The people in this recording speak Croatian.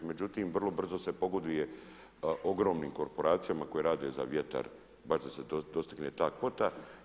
Međutim vrlo brzo se pogoduje ogromnim korporacijama koje rade za vjetar, bar da se dostigne ta kvota.